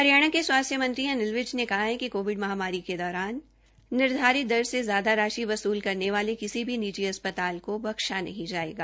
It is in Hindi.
हरियाणा के स्वास्थ्य मंत्री श्री अनिल विज ने कहा है कि कोविड महामारी के दौरान निर्धारित दर से ज्यादा राशि वसुल करने वाले किसी भी निजी अस्पताल को बख्शा नहीं जाएगा